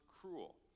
cruel